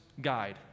guide